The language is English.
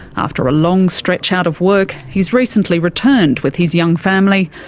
after a long stretch out of work, he's recently returned with his young family,